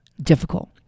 difficult